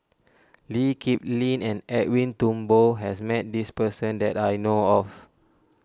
Lee Kip Lin and Edwin Thumboo has met this person that I know of